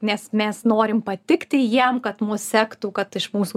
nes mes norim patikti jiem kad mus sektų kad iš mūsų